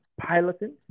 piloting